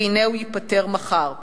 והנה הוא ייפתר מחר.